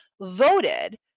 voted